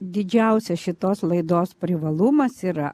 didžiausias šitos laidos privalumas yra